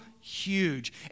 huge